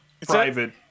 private